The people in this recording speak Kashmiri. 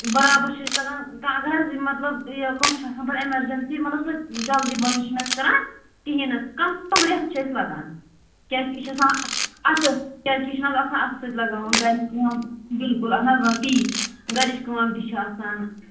برابر چھِ أسۍ لگان کانٛہہ اگر حظ مطلب یہِ کانٛہہ چھُ آسان پَتہٕ ایٚمَرجَنسی مطلب سۄ جلدی بٲز چھِنہٕ أسۍ کَران کِہیٖنۍ نہٕ کَم سے کَم رٮ۪تھ چھِ أسۍ لَگان کیٛازِکہِ یہِ چھُ آسان اَتھٕ کیٛازِکہِ یہِ چھُنہٕ حظ آسان اَتھٕ سۭتۍ لَگاوُن گَرِچ کٲم بِلکُل اَہَن حظ آ تہِ گَرِچ کٲم تہِ چھِ آسان